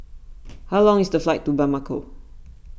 how long is the flight to Bamako